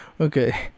Okay